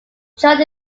joined